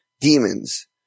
demons